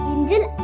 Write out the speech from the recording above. Angel